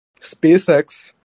SpaceX